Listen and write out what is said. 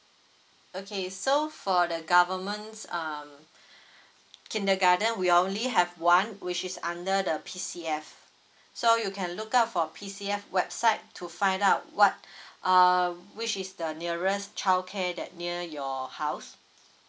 okay so for the government's um kindergarten we only have one which is under the P_C_F so you can look out for P_C_F website to find out what uh which is the nearest childcare that near your house